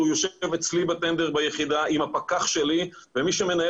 הוא יושב אצלי בטנדר ביחידה עם הפקח שלי ומי שמנהל